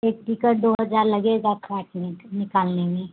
एक टिकट दो हजार लगेगा काटने का निकालने में